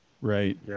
Right